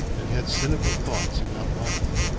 and had cynical thoughts about life.